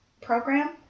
program